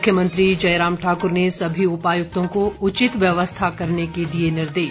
मुख्यमंत्री जयराम ठाकुर ने सभी उपायुक्तों को उचित व्यवस्था करने के दिए निर्देश